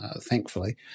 thankfully